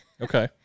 Okay